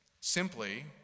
simply